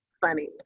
funny